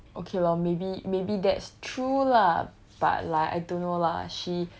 okay lor maybe maybe that's true lah but like I don't know lah she